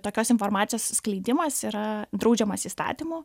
tokios informacijos skleidimas yra draudžiamas įstatymu